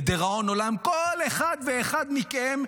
לדיראון עולם כל אחד ואחד מכם,